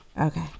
Okay